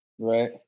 Right